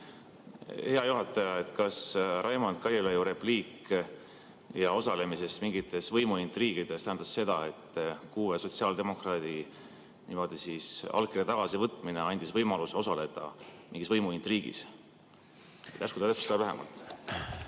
Hea juhataja! Kas Raimond Kaljulaiu repliik ja osalemine mingites võimuintriigides tähendas seda, et kuue sotsiaaldemokraadi allkirja tagasivõtmine andis võimaluse osaleda mingis võimuintriigis? Järsku ta täpsustab lähemalt.